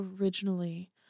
originally